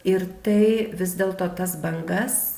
ir tai vis dėlto tas bangas